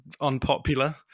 unpopular